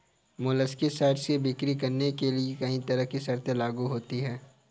molluscicides की बिक्री करने के लिए कहीं तरह की शर्तें लागू होती है